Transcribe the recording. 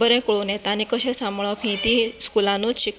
बरें कळून येता आनी कशें साबांळप हि ती स्कुलानूच शिकपाक